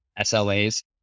SLAs